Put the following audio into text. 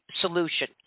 solution